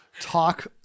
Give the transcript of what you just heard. talk